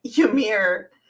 Ymir